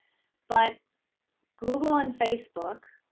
but google and facebook.